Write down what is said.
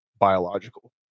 biological